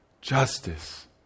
justice